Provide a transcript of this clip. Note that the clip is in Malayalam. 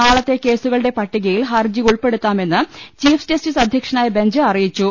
നാളത്തെ കേസുകളുടെ പട്ടികയിൽ ഹർജി ഉൾപ്പെടുത്താമെന്ന് ചീഫ് ജസ്റ്റിസ് അധ്യക്ഷനായ ബെഞ്ച് അറിയിച്ചു